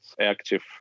active